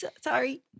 sorry